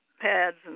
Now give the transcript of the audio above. pads